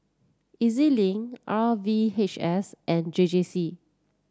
E Z Link R V H S and J J C